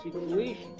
situation